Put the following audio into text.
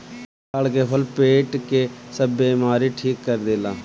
ताड़ के फल पेट के सब बेमारी ठीक कर देला